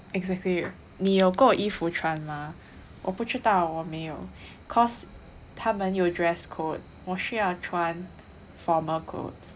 exactly 你有够衣服穿吗我不知道我没有 cause 他们有 dress code 我是要穿 formal clothes